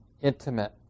intimate